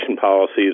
policies